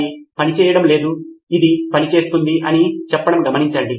అది పని చేయడం లేదు ఇది పని చేస్తుంది అని చెప్పడం గమనించండి